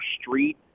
Street